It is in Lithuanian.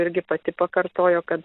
irgi pati pakartojo kad